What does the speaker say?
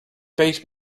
based